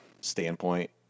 standpoint